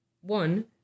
one